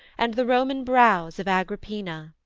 and the roman brows of agrippina.